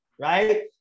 right